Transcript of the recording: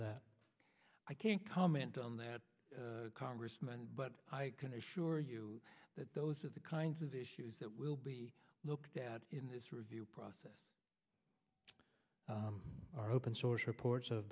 that i can't comment on that congressman but i can assure you that those are the kinds of issues that will be looked at in this review process are open source reports of